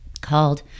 called